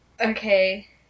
okay